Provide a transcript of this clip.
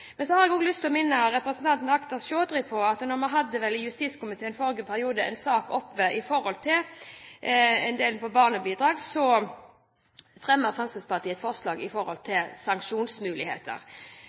Men jeg har lyst til å minne representanten Chaudhry om at da vi i forrige periode hadde en sak oppe i justiskomiteen om barnebidrag, fremmet Fremskrittspartiet et forslag om sanksjonsmuligheter. På